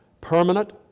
permanent